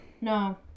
No